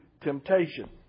temptation